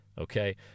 Okay